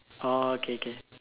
oh okay okay